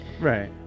Right